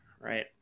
right